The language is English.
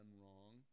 wrong